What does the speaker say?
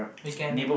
I can